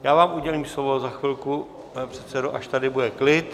Já vám udělím slovo za chvilku, pane předsedo, až tady bude klid.